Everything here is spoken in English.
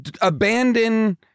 abandon